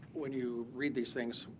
when you read these things,